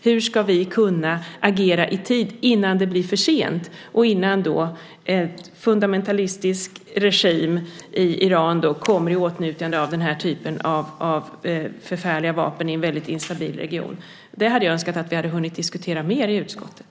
Hur ska vi kunna agera i tid innan det blir för sent och innan en fundamentalistisk regim i Iran får tillgång till den här typen av förfärliga vapen i en väldigt instabil region? Det hade jag önskat att vi hunnit diskutera mer i utskottet.